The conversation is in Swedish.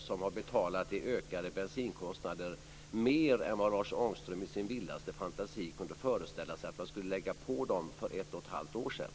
De har fått betala mer i ökade bensinkostnader än vad Lars Ångström i sin vildaste fantasi kunde föreställa sig att man skulle lägga på dem för ett och ett halvt år sedan.